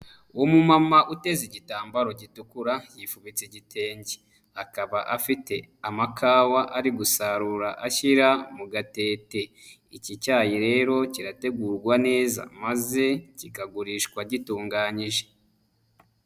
Umumama uteze igitambaro gitukura yifubitse igitenge. Akaba afite amakawa ari gusarura ashyira mu gatete. Iki cyayi rero kirategurwa neza maze kikagurishwa gitunganyije.